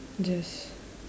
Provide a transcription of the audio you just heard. just